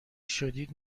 شدید